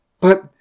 But